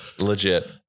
Legit